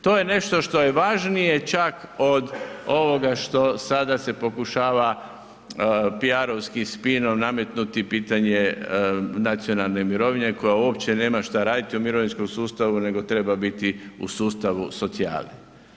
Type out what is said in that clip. To je nešto što je važnije čak od ovoga što sada se pokušava PR-ovskim spinom nametnuti pitanje nacionalne mirovine koja uopće nema šta raditi u mirovinskom sustavu nego treba biti u sustavu socijale.